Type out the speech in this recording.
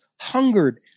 hungered